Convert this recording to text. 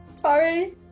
Sorry